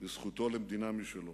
לזכותו למדינה משלו.